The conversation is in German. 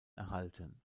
erhalten